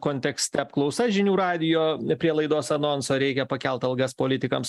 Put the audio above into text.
kontekste apklausa žinių radijo prie laidos anonso reikia pakelt algas politikams